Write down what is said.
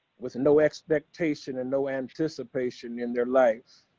with no expectation and no anticipation in their lives.